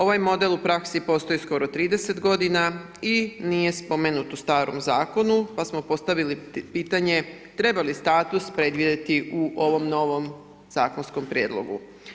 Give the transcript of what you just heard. Ovaj model u praksi postoji skoro 30 godina i nije spomenut u starom zakonu pa smo postavili pitanje treba li status predvidjeti u ovom novom zakonskom prijedlogu.